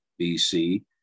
BC